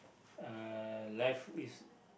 uh life is